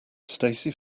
stacy